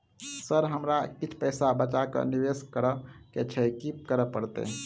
Sir हमरा किछ पैसा बचा कऽ निवेश करऽ केँ छैय की करऽ परतै?